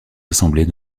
assemblées